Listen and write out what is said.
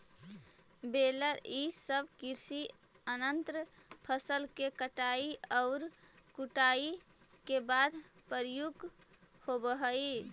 baler इ सब कृषि यन्त्र फसल के कटाई औउर कुटाई के बाद प्रयुक्त होवऽ हई